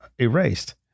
erased